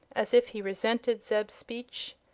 as if he resented zeb's speech.